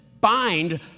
Bind